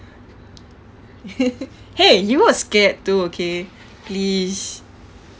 !hey! you were scared too okay please